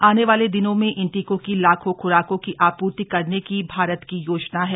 आने वाले दिनों में इन टीकों की लाखों खुराकों की आपूर्ति करने की भारत की योजना है